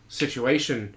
situation